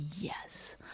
yes